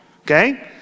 okay